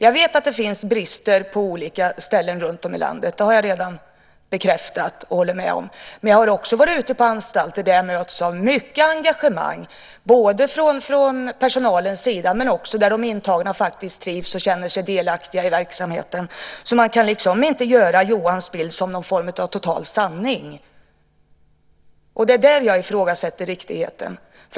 Jag vet att det finns brister på olika ställen runtom i landet. Det har jag redan bekräftat och håller med om. Men jag har också varit ute på anstalter där jag mötts av mycket engagemang från personalens sida och där de intagna faktiskt trivs och känner sig delaktiga i verksamheten. Man kan inte göra Johans bild till någon form av total sanning. Det är där jag ifrågasätter riktigheten.